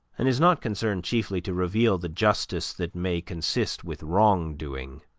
and is not concerned chiefly to reveal the justice that may consist with wrong-doing.